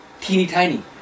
teeny-tiny